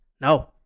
No